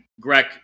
Greg